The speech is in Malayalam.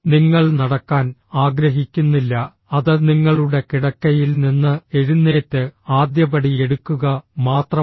നിങ്ങൾ നടക്കാൻ ആഗ്രഹിക്കുന്നില്ല അത് നിങ്ങളുടെ കിടക്കയിൽ നിന്ന് എഴുന്നേറ്റ് ആദ്യപടി എടുക്കുക മാത്രമാണ്